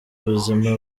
ubuzima